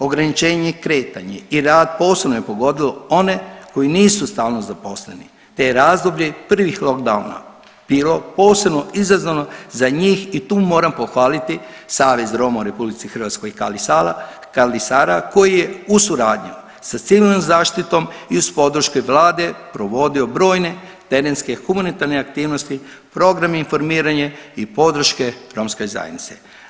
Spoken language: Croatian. Ograničenje kretanja i rad posebno je pogodilo one koji nisu stalno zaposleni, te je razdoblje prvih lockdowna bilo posebno izazovno za njih i tu moram pohvaliti Savez Roma u RH Kali Sara, Kali Sara koji je u suradnji sa civilnom zaštitom i uz podršku vlade provodio brojne terenske humanitarne aktivnosti, program informiranja i podrške romskoj zajednici.